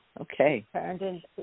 okay